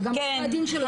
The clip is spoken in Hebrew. וגם עורכי הדין של --- כן,